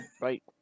Right